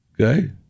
okay